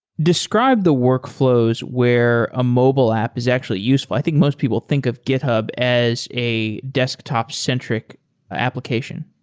describe the workflows where a mobile app is actually useful. i think most people think of github as a desktop-centric application.